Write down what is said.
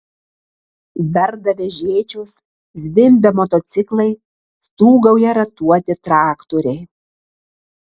darda vežėčios zvimbia motociklai stūgauja ratuoti traktoriai